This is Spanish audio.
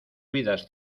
vidas